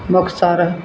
Muktsar